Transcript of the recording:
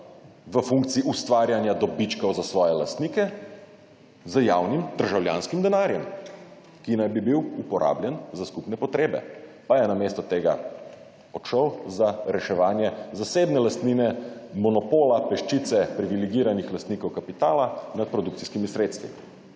v funkciji ustvarjanja dobičkov za svoje lastnike, z javnim državljanskim denarjem, ki naj bi bil uporabljen za skupne potrebe. Pa je namesto tega odšel za reševanje zasebne lastnine, monopola peščice privilegiranih lastnikov kapitala nad produkcijskimi sredstvi.